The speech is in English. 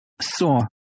saw